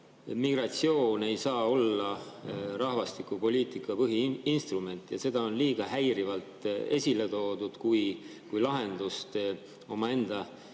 migratsioon ei saa olla rahvastikupoliitika põhiinstrument ja seda on liiga häirivalt esile toodud kui lahendust omaenda